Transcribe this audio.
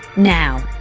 now,